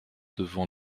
devant